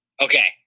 okay